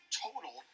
total